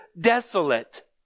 desolate